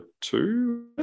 two